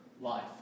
life